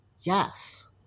Yes